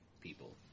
people